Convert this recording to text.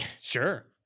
Sure